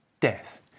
death